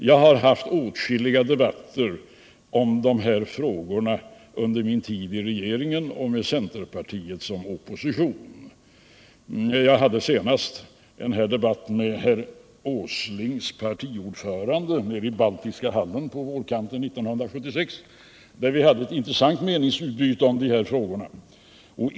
Jag har haft åtskilliga debatter om de frågorna under min tid i regeringen med centerpartiet som opposition. Senast förde jag en sådan debatt med herr Åslings partiordförande nere i Baltiska hallen på vårkanten 1976, där vi hade ett intressant meningsutbyte om de här frågorna.